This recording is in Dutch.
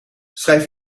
schrijf